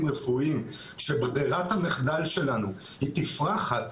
רפואיים שברירת המחדל שלנו היא תפרחת,